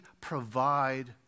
provide